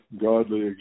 godly